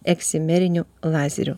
eksimeriniu lazeriu